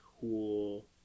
Cool